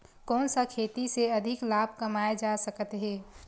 कोन सा खेती से अधिक लाभ कमाय जा सकत हे?